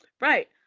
Right